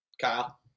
Kyle